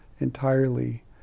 entirely